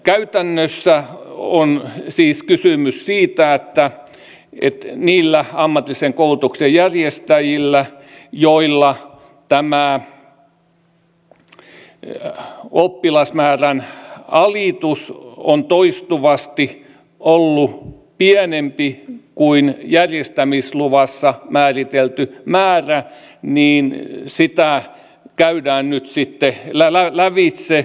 käytännössä on siis kysymys siitä että niillä ammatillisen koulutuksen järjestäjillä joilla oppilasmäärän alitus on toistuvasti ollut pienempi kuin järjestämisluvassa määritelty määrä sitä käydään nyt sitten lävitse